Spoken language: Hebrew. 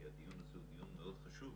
כי הדיון הזה הוא דיון מאוד חשוב.